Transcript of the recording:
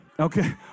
Okay